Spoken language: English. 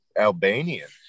Albanian